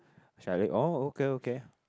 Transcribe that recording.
shit I think oh okay okay